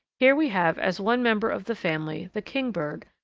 here we have as one member of the family the kingbird,